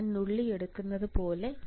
ഞാൻ നുള്ളിയെടുക്കുന്നതുപോലെ